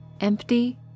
empty